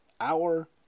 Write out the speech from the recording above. hour